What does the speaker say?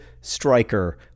striker